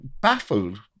baffled